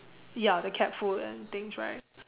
ya the cat food and things right